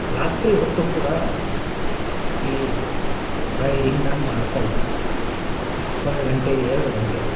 ರಾತ್ರಿ ಹೊತ್ತು ಕೂಡ ಈ ರೈಡಿಂಗ್ ನಾನು ಮಾಡ್ತಾಯಿದ್ದೆ ಒಂದು ಗಂಟೆ ಎರಡು ಗಂಟೆ